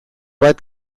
bat